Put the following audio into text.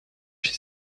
she